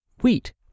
wheat